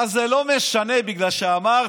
אבל זה לא משנה, בגלל שאמרתי,